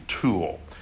tool